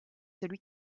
celui